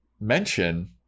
mention